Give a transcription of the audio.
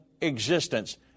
existence